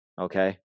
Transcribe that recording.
okay